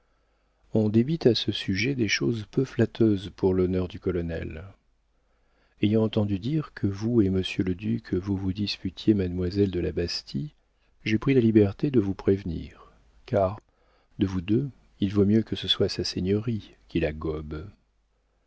on débite à ce sujet des choses peu flatteuses pour l'honneur du colonel ayant entendu dire que vous et monsieur le duc vous vous disputiez mademoiselle de la bastie j'ai pris la liberté de vous prévenir car de vous deux il vaut mieux que ce soit sa seigneurie qui la gobe